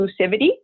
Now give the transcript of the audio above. inclusivity